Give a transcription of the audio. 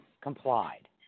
complied